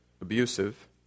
abusive